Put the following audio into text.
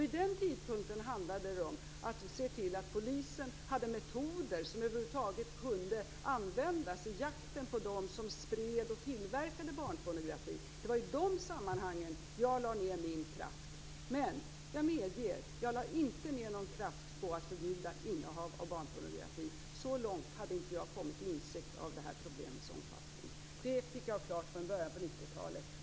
Vid den tidpunkten handlade det om att se till att polisen hade metoder som över huvud taget kunde användas i jakten på dem som spred och tillverkade barnpornografi. Det var i de sammanhangen jag lade ned min kraft. Men jag medger att jag inte lade ned någon kraft på att förbjuda innehav av barnpornografi. Så långt hade jag inte kommit i insikt om det här problemets omfattning. Det fick jag klart för mig i början på 90-talet.